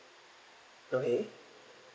okay